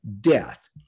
death